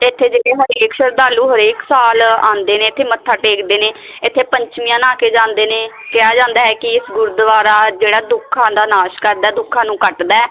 ਇੱਥੇ ਜਿਹੜੇ ਸ਼ਰਧਾਲੂ ਹਰੇਕ ਸਾਲ ਆਉਂਦੇ ਨੇ ਇੱਥੇ ਮੱਥਾ ਟੇਕਦੇ ਨੇ ਇੱਥੇ ਪੰਚਮੀਆਂ ਨਹਾ ਕੇ ਜਾਂਦੇ ਨੇ ਕਿਹਾ ਜਾਂਦਾ ਹੈ ਕਿ ਗੁਰਦੁਆਰਾ ਜਿਹੜਾ ਦੁੱਖਾਂ ਦਾ ਨਾਸ਼ ਕਰਦਾ ਦੁੱਖਾਂ ਨੂੰ ਕੱਟਦਾ